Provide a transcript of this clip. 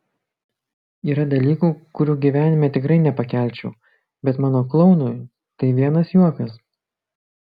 yra dalykų kurių gyvenime tikrai nepakelčiau bet mano klounui tai vienas juokas